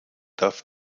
darf